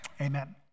Amen